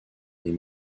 les